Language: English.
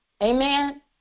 Amen